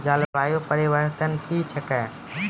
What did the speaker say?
जलवायु परिवर्तन कया हैं?